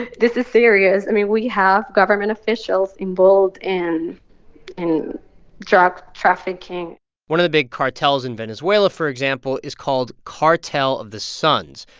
and this is serious. i mean, we have government officials involved in in drug trafficking one of the big cartels in venezuela, for example, is called cartel of the suns.